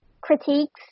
critiques